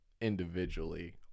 individually